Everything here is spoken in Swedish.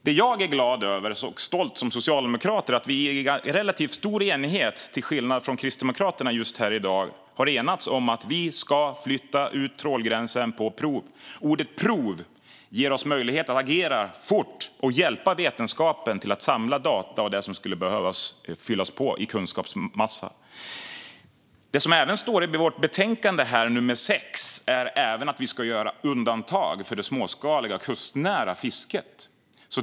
Det jag som socialdemokrat är glad och stolt över är att vi i relativt stor enighet, till skillnad från Kristdemokraterna här i dag, har enats om att vi ska flytta ut trålgränsen på prov. Ordet prov ger oss möjlighet att agera fort och hjälpa vetenskapen att samla data och det som skulle behöva fyllas på i kunskapsmassa. Det som även står i vårt betänkande nummer 6 är att vi ska göra undantag för det småskaliga kustnära fisket.